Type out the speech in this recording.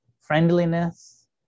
friendliness